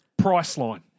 Priceline